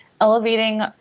elevating